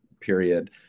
period